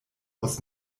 aus